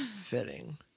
Fitting